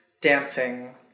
dancing